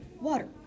water